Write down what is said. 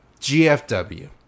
GFW